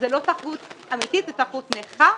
זו לא תחרות אמתית, זו תחרות נכה.